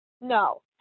No